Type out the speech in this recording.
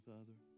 Father